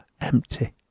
empty